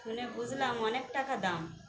শুনে বুঝলাম অনেক টাকা দাম